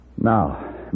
Now